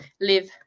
live